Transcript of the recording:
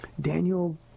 Daniel